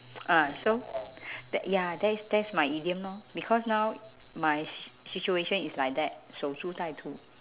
ah so tha~ ya that is that is my idiom lor because now my s~ situation is like that 守株待兔